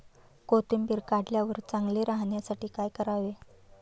कोथिंबीर काढल्यावर चांगली राहण्यासाठी काय करावे?